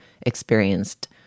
experienced